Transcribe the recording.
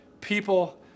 People